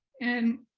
and